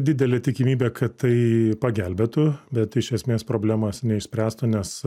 didelė tikimybė kad tai pagelbėtų bet iš esmės problemos neišspręstų nes